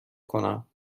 کنم